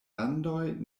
landoj